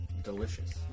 delicious